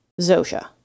Zosha